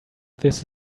this